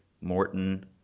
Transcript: Morton